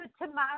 tomorrow